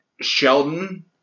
Sheldon